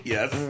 Yes